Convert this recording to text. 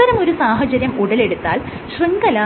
അത്തരമൊരു സാഹചര്യം ഉടലെടുത്താൽ ശൃംഖല